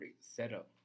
setup